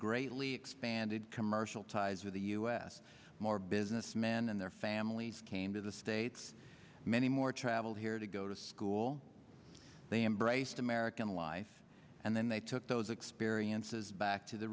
greatly expanded commercial ties with the u s more business men and their families came to the states many more traveled here to go to school they embraced american life and then they took those experiences back to the